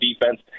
defense